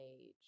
age